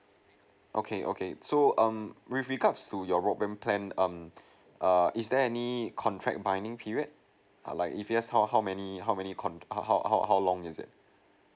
okay okay so um with regards to your broadband plan um err is there any contract binding period like if yes how how many how many con~ how how how how long is it